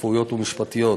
רפואיות ומשפטיות.